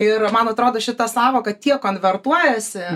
ir man atrodo šita sąvoka tiek konvertuojasi